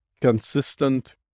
consistent